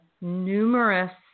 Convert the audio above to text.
numerous